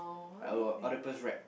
I will octopus wrap